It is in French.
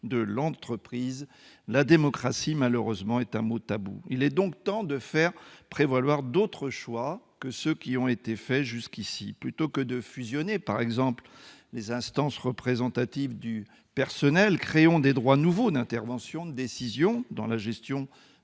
de l'entreprise, la démocratie est- malheureusement -un mot tabou. Il est donc temps de faire prévaloir d'autres choix que ceux qui ont été faits jusqu'à présent. Par exemple, plutôt que de fusionner les instances représentatives du personnel, créons des droits nouveaux d'intervention et de décision dans la gestion